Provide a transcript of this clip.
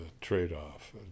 trade-off